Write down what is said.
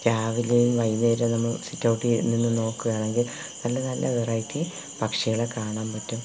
രാവിലെയും വൈകുന്നേരവും നമ്മള് സിറ്റൌട്ടിയിരുന്നൊന്ന് നോക്കുകയാണെങ്കില് നല്ല നല്ല വെറൈറ്റി പക്ഷികളെ കാണാമ്പറ്റും